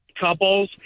couples